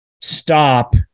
stop